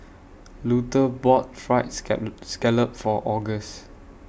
Luther bought Fried Scallop For August